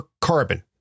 carbon